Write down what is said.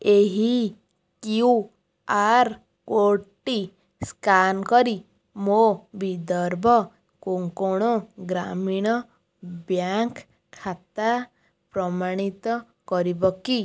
ଏହି Q R କୋଡ଼୍ଟି scan କରି ମୋ ବିଦର୍ଭ କୋଙ୍କଣ ଗ୍ରାମୀଣ ବ୍ୟାଙ୍କ ଖାତା ପ୍ରମାଣିତ କରିବ କି